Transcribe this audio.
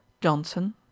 Johnson